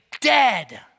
dead